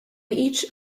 each